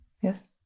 Yes